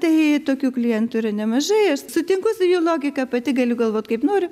tai tokių klientų yra nemažai aš sutinku su jų logika pati galiu galvot kaip noriu